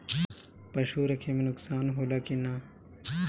पशु रखे मे नुकसान होला कि न?